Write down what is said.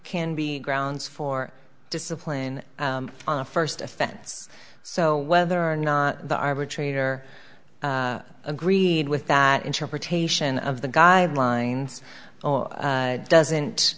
can be grounds for discipline on a first offense so whether or not the arbitrator agreed with that interpretation of the guidelines or doesn't